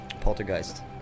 Poltergeist